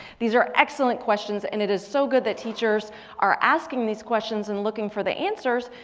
these are excellent questions and it is so good that teachers are asking these questions and looking for the answers.